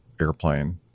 airplane